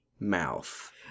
Mouth